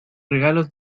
regalos